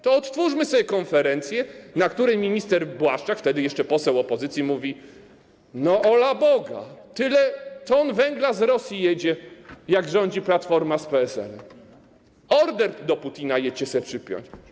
To odtwórzmy sobie konferencję, na której minister Błaszczak, wtedy jeszcze poseł opozycji, mówi: olaboga, tyle ton węgla z Rosji jedzie, jak rządzi Platforma z PSL-em, order do Putina jedźcie sobie przypiąć.